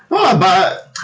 no lah but